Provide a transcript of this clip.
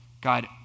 God